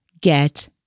get